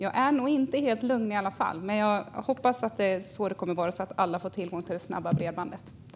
Jag är nog inte helt lugn i alla fall, men jag hoppas att det är så det kommer att vara så att alla får tillgång till det snabba bredbandet.